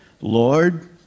Lord